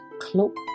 cloak